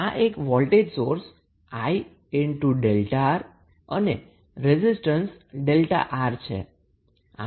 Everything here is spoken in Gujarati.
તો આ એક વોલ્ટેજ સોર્સ 𝐼𝛥𝑅 અને રેઝિસ્ટન્સ 𝛥𝑅 છે